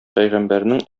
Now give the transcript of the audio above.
пәйгамбәрнең